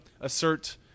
assert